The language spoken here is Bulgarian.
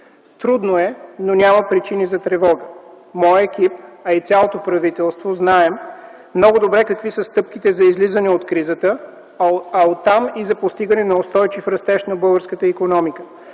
Трудно е, но няма причини за тревога. Моят екип, а и цялото правителство знае много добре какви са стъпките за излизане от кризата, а оттам – и за постигане на устойчив растеж на българската икономика.